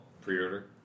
pre-order